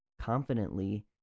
confidently